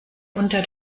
unter